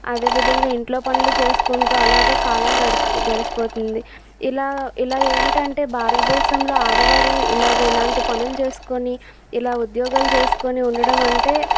అదే విధంగా ఇంట్లో పనులు చేసుకుంటూ అలాగా కాలం గడుపు గడిచిపోతుంది ఇలా ఇలా ఏంటంటే భారతదేశంలో ఆడవారు ఇలాగ ఇలాంటి పనులు చేసుకొని ఇలా ఉద్యోగాలు చేసుకుని ఉండటం అంటే